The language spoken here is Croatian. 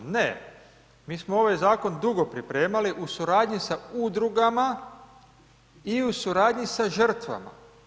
Ne, mi smo ovaj zakon dugo pripremali u suradnji sa udrugama i u suradnji sa žrtvama.